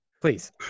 Please